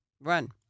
run